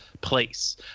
place